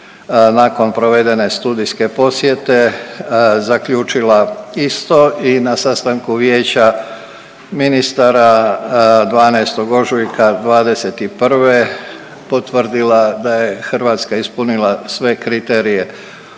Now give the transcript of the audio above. nakon provedene studijske posjete zaključila isto i na sastanku vijeća ministara 12. ožujka '21. potvrdila da je Hrvatska ispunila sve kriterije.